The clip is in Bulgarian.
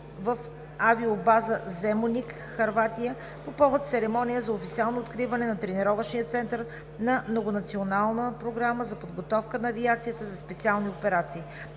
в авиобаза „Земуник“, Хърватия, по повод церемония за официално откриване на Тренировъчния център на Многонационална програма за подготовка на авиацията за специални операции.